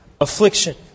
affliction